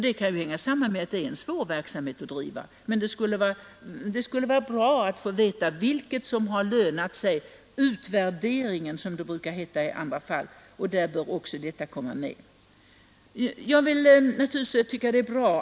Detta kan givetvis sammanhänga med att det är en så svår verksamhet att bedriva, men det skulle vara roligt att veta vilket som har lönat sig bäst — att få en utvärdering, som det brukar heta i andra fall. Därför bör även resultaten av den verksamheten komma med.